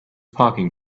parking